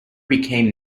became